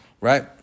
right